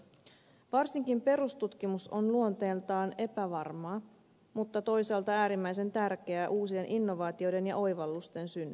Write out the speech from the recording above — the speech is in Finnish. varsinkin perustutkimus on luonteeltaan epävarmaa mutta toisaalta äärimmäisen tärkeää uusien innovaatioiden ja oivallusten synnylle